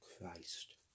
Christ